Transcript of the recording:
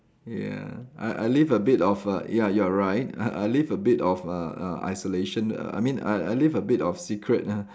ya I I leave a bit of uh ya you're right I I leave a bit of uh uh isolation uh I mean I I leave a bit of secret ah